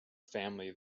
family